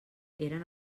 eren